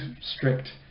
strict